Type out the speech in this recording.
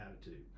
attitude